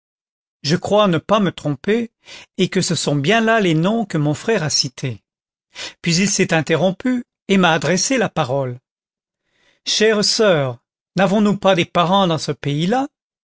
je crois ne pas me tromper et que ce sont bien là les noms que mon frère a cités puis il s'est interrompu et m'a adressé la parole chère soeur n'avons-nous pas des parents dans ce pays-là